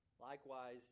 Likewise